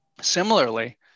Similarly